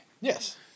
Yes